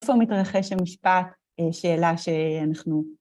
‫איפה מתרחש המשפט שאלה שאנחנו